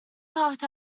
parked